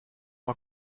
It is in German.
mal